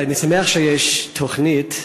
אני שמח שיש תוכנית,